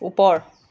ওপৰ